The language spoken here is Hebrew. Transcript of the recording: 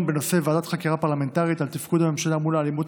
בנושא: ועדת חקירה פרלמנטרית על תפקוד הממשלה מול האלימות